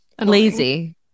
lazy